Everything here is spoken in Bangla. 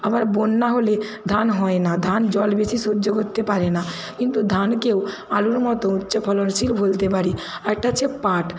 আবার বন্যা হলে ধান হয় না ধান জল বেশি সহ্য করতে পারে না কিন্তু ধানকেও আলুর মতো উচ্চ ফলনশীল বলতে পারি আরেকটা হচ্ছে পাট